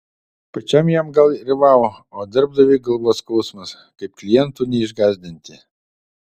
pačiam jam gal ir vau o darbdaviui galvos skausmas kaip klientų neišgąsdinti